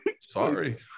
sorry